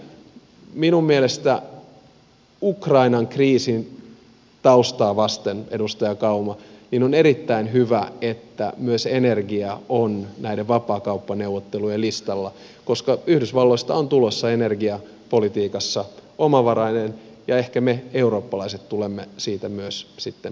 minun mielestäni ukrainan kriisin taustaa vasten edustaja kauma on erittäin hyvä että myös energia on näiden vapaakauppaneuvottelujen listalla koska yhdysvalloista on tulossa energiapolitiikassa omavarainen ja ehkä me eurooppalaiset tulemme siitä myös sitten pitkässä juoksussa hyötymään